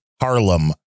Harlem